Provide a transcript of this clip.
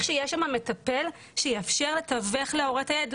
שיהיה שם מטפל שיאפשר לתווך להורה את הילד.